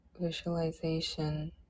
visualization